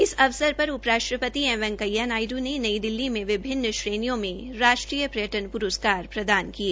इस अवसर पर उपराष्ट्रपति एम वैकेंया नायड् ने नई दिल्ली में विभिन्न श्रेणियों में राष्ट्रीय पर्यटन प्रस्कार प्रदान किए